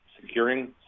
securing